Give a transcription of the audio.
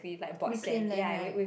reclaimed land [right]